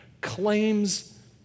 claims